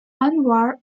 anwar